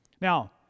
Now